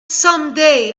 someday